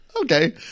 okay